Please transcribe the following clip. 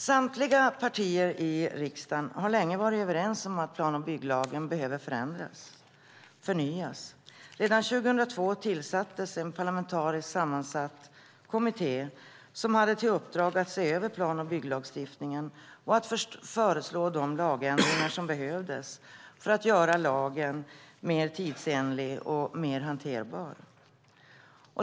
Samtliga partier i riksdagen har länge varit överens om att plan och bygglagen behöver förnyas. Redan 2002 tillsattes en parlamentariskt sammansatt kommitté som hade till uppdrag att se över plan och bygglagstiftningen och att föreslå de lagändringar som behövdes för att göra lagen mer tidsenlig och mer hanterbar.